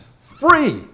free